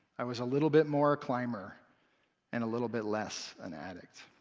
i was a little bit more a climber and a little bit less an addict.